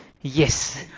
yes